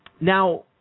Now